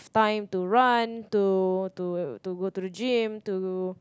time to run to to to go to the gym to